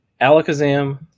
Alakazam